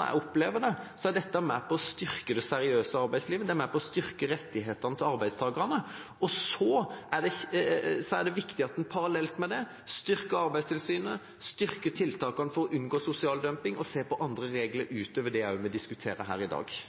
jeg opplever det, er dette med på å styrke det seriøse arbeidslivet, det er med på å styrke rettighetene til arbeidstakerne, og så er det viktig at en parallelt med det styrker Arbeidstilsynet, styrker tiltakene for å unngå sosial dumping og ser på andre regler utover dem vi diskuterer her i dag.